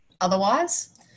otherwise